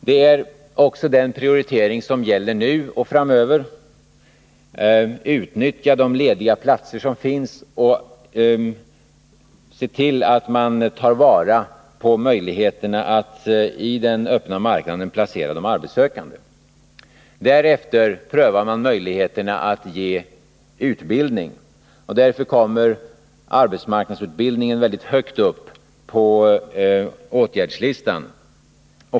Det är också den prioriteringen som gäller nu och framöver: utnyttja de lediga platser som finns och se till att ta vara på möjligheterna att placera de arbetssökande i den öppna marknaden. Därefter prövar man möjligheterna att ge utbildning, och därpå kommer arbetsmarknadsutbildning mycket högt upp på åtgärdslistan.